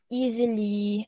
easily